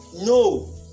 no